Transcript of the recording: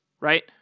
right